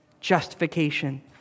justification